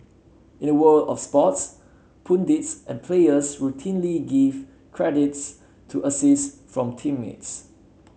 in the world of sports pundits and players routinely give credits to assists from teammates